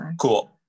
Cool